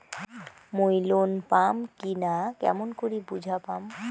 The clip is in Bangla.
মুই লোন পাম কি না কেমন করি বুঝা পাম?